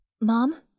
Mom